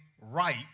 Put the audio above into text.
right